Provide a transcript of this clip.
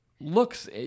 Looks